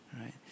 right